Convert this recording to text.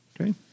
Okay